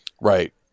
right